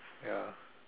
ya